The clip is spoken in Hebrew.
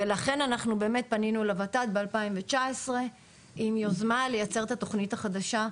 ולכן אנחנו באמת פנינו לות"ת ב-2019 עם יוזמה לייצר את התוכנית החדשה,